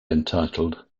entitled